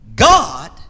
God